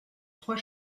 trois